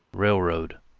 railroad,